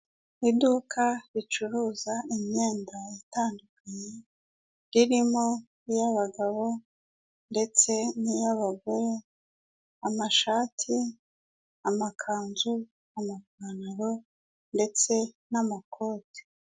Iduka ricuruza imyenda itandukanye ririmo iy'abagabo ndetse n'iy'abagore amashati, amakanzu, amapantalo ndetse n'amakoti.